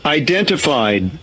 identified